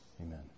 Amen